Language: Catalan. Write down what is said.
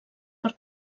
per